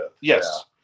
Yes